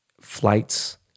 flights